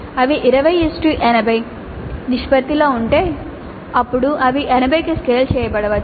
అవి 2080 నిష్పత్తిలో ఉంటే అప్పుడు అవి 80 కి స్కేల్ చేయబడవచ్చు